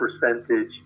percentage